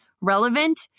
Relevant